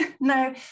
no